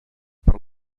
per